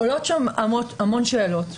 עולות המון שאלות.